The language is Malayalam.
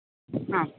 ആ